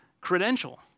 credential